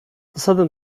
zasadę